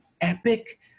epic